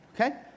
Okay